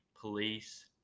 police